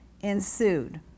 ensued